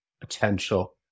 potential